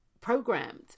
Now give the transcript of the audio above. programmed